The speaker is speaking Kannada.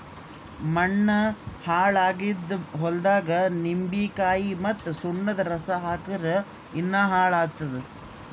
ಮಣ್ಣ ಹಾಳ್ ಆಗಿದ್ ಹೊಲ್ದಾಗ್ ನಿಂಬಿಕಾಯಿ ಮತ್ತ್ ಸುಣ್ಣದ್ ರಸಾ ಹಾಕ್ಕುರ್ ಇನ್ನಾ ಹಾಳ್ ಆತ್ತದ್